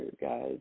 guys